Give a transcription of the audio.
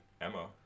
Emma